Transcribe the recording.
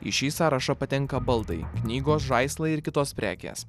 į šį sąrašą patenka baldai knygos žaislai ir kitos prekės